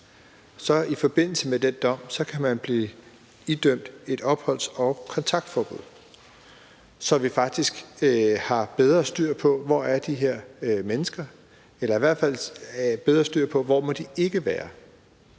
man i forbindelse med den dom blive idømt et opholds- og kontaktforbud, så vi faktisk har bedre styr på, hvor de her mennesker er, eller i hvert fald har bedre styr på, hvor de ikke må være.